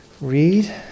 read